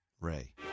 Ray